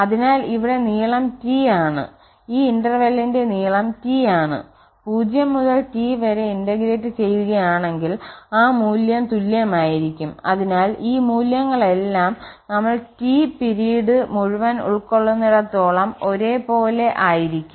അതിനാൽ ഇവിടെ നീളം T ആണ് ഈ ഇന്റർവെല്ലിന്റെ നീളം T ആണ് 0 മുതൽ T വരെ ഇന്റഗ്രേറ്റ് ചെയ്യുകയാണെങ്കിൽ ആ മൂല്യം തുല്യമായിരിക്കും അതിനാൽ ഈ മൂല്യങ്ങളെല്ലാം നമ്മൾ T പിരീഡ് മുഴുവൻ ഉൾക്കൊള്ളുന്നിടത്തോളം ഒരേപോലെ ആയിരിക്കും